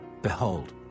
Behold